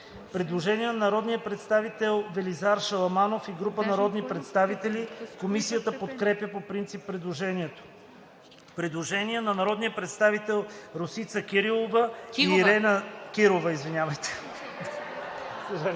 Предложение на народния представител Велизар Шаламанов и група народни представители. Комисията подкрепя по принцип предложението. Предложение на народния представител Росица Кирова и Ирена Димова. Комисията